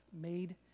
made